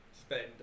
spend